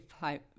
five